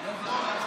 אה, טוב.